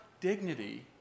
dignity